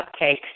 cupcakes